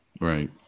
Right